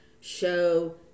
show